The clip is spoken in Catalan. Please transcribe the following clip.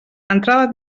entrava